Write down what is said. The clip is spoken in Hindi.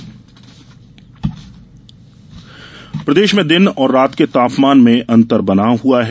मौसम प्रदेश में दिन और रात के तापमान में अंतर बना हआ है